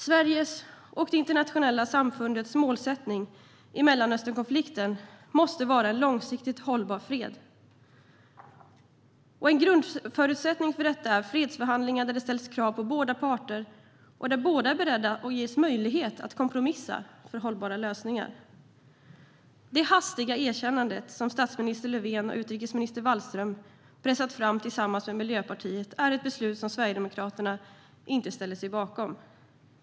Sveriges och det internationella samfundets målsättning i Mellanösternkonflikten måste vara en långsiktigt hållbar fred. En grundförutsättning för detta är fredsförhandlingar där det ställs krav på båda parter och där båda är beredda och ges möjlighet att kompromissa för hållbara lösningar. Det hastiga erkännande av Staten Palestina som statsminister Löfven och utrikesminister Wallström pressat fram tillsammans med Miljöpartiet är ett beslut som Sverigedemokraterna inte ställer sig bakom.